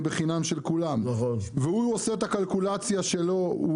בחינם של כולם והוא עושה את הקלקולציה שלו.